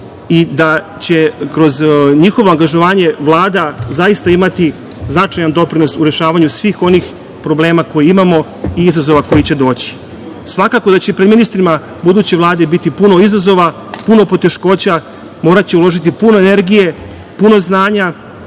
i da će kroz njihovo angažovanje Vlada zaista imati značajan doprinos u rešavanju svih onih problema koje imamo i izazova koji će doći. Svakako da će pred ministrima u budućoj vladi biti puno izazova, puno poteškoća, moraće uložiti puno energije, puno znanja.